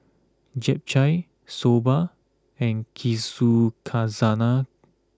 Japchae Soba and Yakizakana